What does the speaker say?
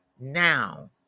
now